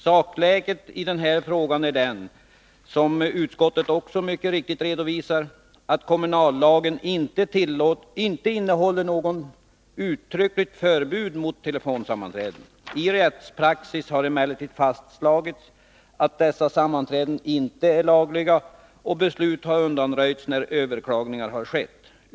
Sakläget i den här frågan är det, som utskottet också mycket riktigt redovisar, att kommunallagen inte innehåller något uttryckligt förbud mot telefonsammanträden. I rättspraxis har emellertid fastslagits att dessa sammanträden inte är lagliga, och beslut har undanröjts när överklagningar har skett.